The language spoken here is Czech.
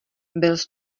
byls